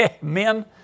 Men